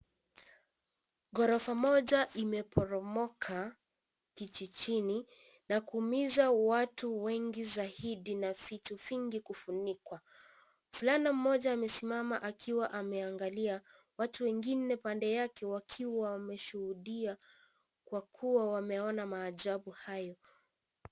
Ghorofa moja limeporomoka kijijini na kuumiza watu wengi zaidi na vitu vingi kufunikwa. Mvulana mmoja amesimama akiwa ameangalia watu wengine pande yake wakiwa wameshuhudia kwa kuwa wameona maajabu hayo.